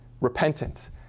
repentant